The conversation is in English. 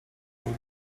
mode